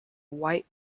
white